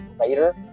later